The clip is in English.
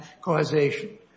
causation